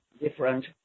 different